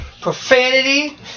profanity